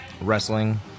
wrestling